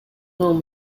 home